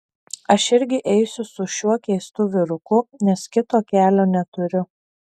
aš irgi eisiu su šiuo keistu vyruku nes kito kelio neturiu